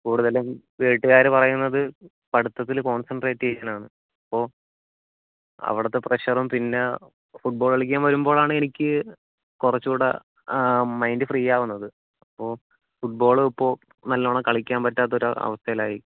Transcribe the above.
കൂടുതലും വീട്ടുകാർ പറയുന്നത് പഠിത്തത്തിൽ കോൺസെൻട്രേറ്റ് ചെയ്യാനാണ് അപ്പോൾ അവിടത്തെ പ്രഷറും പിന്നാ ഫുട്ബോള് കളിക്കാൻ വരുമ്പോഴാണ് എനിക്ക് കുറച്ചുകൂടെ മൈൻഡ് ഫ്രീ ആവുന്നത് അപ്പോൾ ഫുട്ബോള് ഇപ്പോൾ നല്ലവണ്ണം കളിക്കാൻ പറ്റാത്തൊരു അവസ്ഥയിലായി